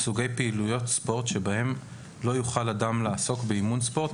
סוגי פעילויות ספורט שבהם לא יוכל אדם לעסוק באימון ספורט,